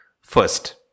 First